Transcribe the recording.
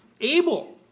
Abel